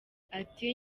ati